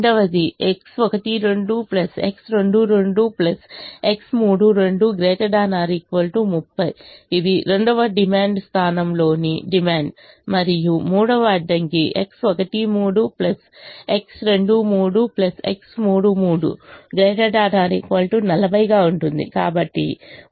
రెండవది X12 X22 X32 ≥ 30 ఇది రెండవ డిమాండ్ స్థానంలోని డిమాండ్ మరియు మూడవ అడ్డంకి X13 X23 X33 ≥ 40 గా ఉంటుంది